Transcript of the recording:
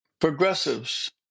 progressives